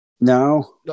no